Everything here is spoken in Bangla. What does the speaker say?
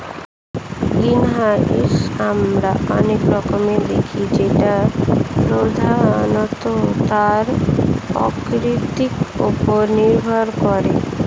গ্রিনহাউস আমরা অনেক রকমের দেখি যেটা প্রধানত তার আকৃতির ওপর নির্ভর করে